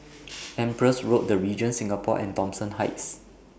Empress Road The Regent Singapore and Thomson Heights